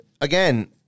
Again